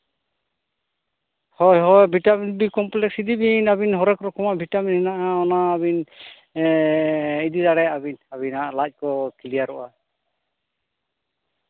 ᱦᱳᱭ ᱦᱳᱭ vitamin B complex ᱤᱫᱤ ᱵᱤᱱ ᱟᱹᱵᱤᱱ ᱦᱚᱨᱮᱠ ᱨᱚᱠᱚᱢᱟᱜ ᱵᱷᱤᱴᱟᱢᱤᱱ ᱦᱮᱱᱟᱜᱼᱟ ᱚᱱᱟ ᱟᱹᱵᱤᱱ ᱤᱫᱤ ᱫᱟᱲᱮᱭᱟᱜᱼᱟ ᱵᱤᱱ ᱡᱟᱦᱟᱸ ᱞᱟᱡ ᱠᱚ ᱠᱞᱤᱭᱟᱨᱚᱜᱼᱟ